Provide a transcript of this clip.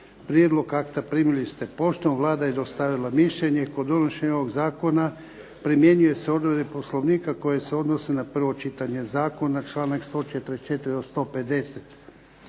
prijedlog akta primili ste poštom. Vlada je dostavila mišljenje kod donošenja ovog Zakona primjenjuju se odredbe Poslovnika koje se odnose na prvo čitanje Zakona članak 144. do 150.